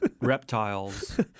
reptiles